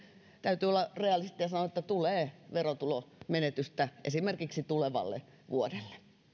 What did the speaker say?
täytyy olla realisteja ja sanoa että tulee verotulomenetystä esimerkiksi tulevalle vuodelle